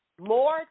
more